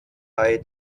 air